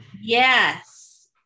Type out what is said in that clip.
Yes